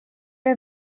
are